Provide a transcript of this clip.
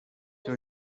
your